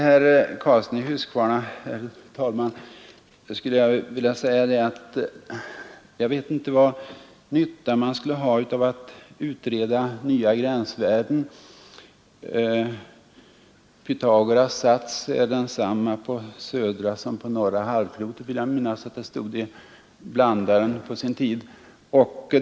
Herr talman! Jag vet inte vad nytta man skulle ha, herr Karlsson i Huskvarna, av att utreda nya gränsvärden. Pythagoras” sats gäller också på södra halvklotet, vill jag minnas att det stod i Blandaren på sin tid.